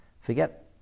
Forget